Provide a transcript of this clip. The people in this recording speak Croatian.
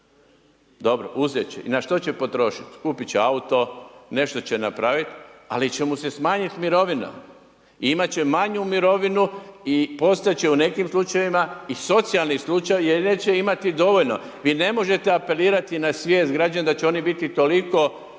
Dobro, uzeti će i na što će potrošiti? Kupiti će auto, nešto će napraviti, ali će mu se smanjiti mirovina, imati će manju mirovinu i postati će u nekim slučajevima i socijalni slučaj jer neće imati dovoljno, vi ne možete apelirati na svijest građana da će oni biti toliko